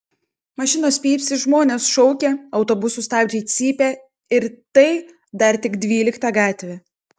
mašinos pypsi žmonės šaukia autobusų stabdžiai cypia ir tai dar tik dvylikta gatvė